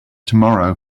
tomorrow